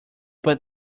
but